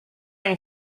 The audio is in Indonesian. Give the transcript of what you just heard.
yang